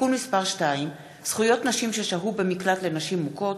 (תיקון מס' 2) (זכויות נשים ששהו במקלט לנשים מוכות),